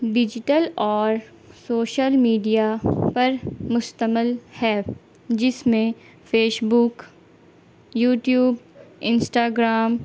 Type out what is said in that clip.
digital اور social media پر مشتمل ہے جس میں فیشبک یوٹیوب انسٹاگرام